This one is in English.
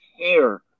care